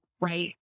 right